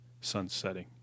Sunsetting